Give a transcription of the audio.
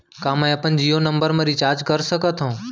का मैं अपन जीयो नंबर म रिचार्ज कर सकथव?